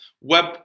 web